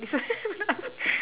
this one